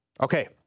Okay